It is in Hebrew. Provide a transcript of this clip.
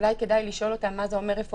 כדאי לשאול אותם מה זה אומר רפואה